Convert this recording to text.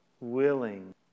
Willing